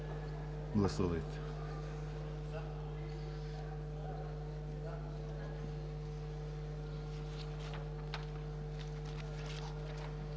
Благодаря,